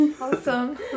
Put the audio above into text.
Awesome